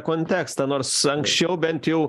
kontekstą nors anksčiau bent jau